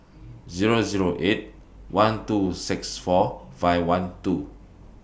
Zero Zero eight one two six four five one two